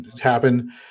happen